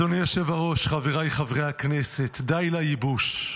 אדוני היושב-ראש, חבריי חברי הכנסת, די לייבוש.